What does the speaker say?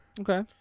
Okay